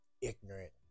ignorant